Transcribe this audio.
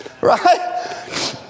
Right